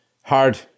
hard